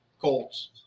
Colts